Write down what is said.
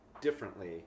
differently